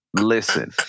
Listen